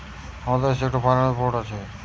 আমাদের দেশে একটা ফাইন্যান্স বোর্ড আছে